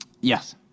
Yes